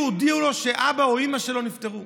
הודיעו לו שאבא או אימא שלו נפטרו.